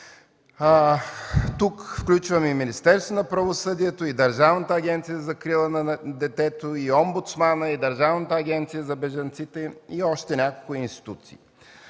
Тук включвам и Министерството на правосъдието, и Държавната агенция за закрила на детето, и Омбудсмана, и Държавната агенция за бежанците, и още няколко институции.